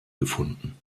gefunden